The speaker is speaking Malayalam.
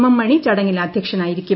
എം മണി ചടങ്ങിൽ അധ്യക്ഷനായിരിക്കും